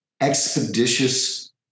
expeditious